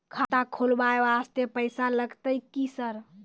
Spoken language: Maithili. खाता खोलबाय वास्ते पैसो लगते की सर?